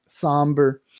somber